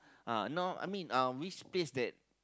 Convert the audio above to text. uh now I mean uh which space that